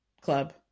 club